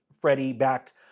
Freddie-backed